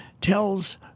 tells